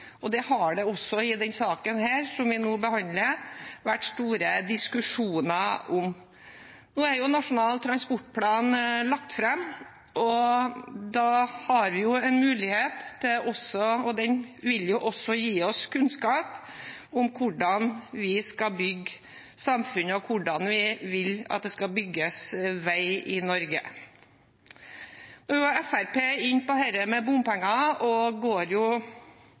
Det har det også i denne saken som vi nå behandler, vært store diskusjoner om. Nå er Nasjonal transportplan lagt fram, og da har vi jo en mulighet. Den vil også gi oss kunnskap om hvordan vi skal bygge samfunnet, og hvordan vi vil at det skal bygges vei i Norge. Så var Fremskrittspartiet inne på dette med bompenger, og de fremmer et eget forslag, at utbyggingen skal skje uten bompenger. Det vil jo